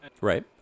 right